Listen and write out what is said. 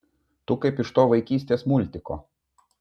tu kaip iš to vaikystės multiko